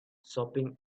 shopping